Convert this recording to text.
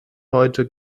heute